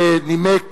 ונימק